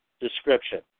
description